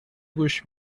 گوش